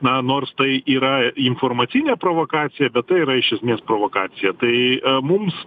na nors tai yra informacinė provokacija bet tai yra iš esmės provokacija tai mums